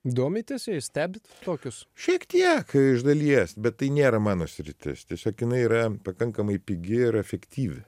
domitės jais stebite tokius šiek tiek iš dalies bet tai nėra mano sritis tiesiog jinai yra pakankamai pigi ir efektyvi